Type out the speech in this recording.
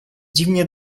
dziwnie